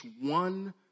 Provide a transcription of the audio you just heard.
one